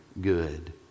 good